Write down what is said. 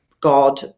god